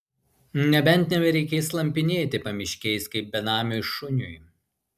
nebent nebereikės slampinėti pamiškiais kaip benamiui šuniui